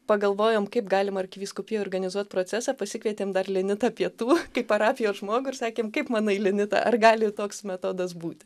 pagalvojom kaip galima arkivyskupijoj organizuot procesą pasikvietėm dar linitą pietų kaip parapijos žmogų ir sakėm kaip manai linita ar gali toks metodas būti